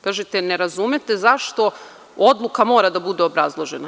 Kažete – ne razumete zašto odluka mora da bude obrazložena.